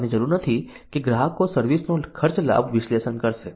કહેવાની જરૂર નથી કે ગ્રાહકો સર્વિસ નો ખર્ચ લાભ વિશ્લેષણ કરશે